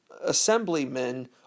assemblymen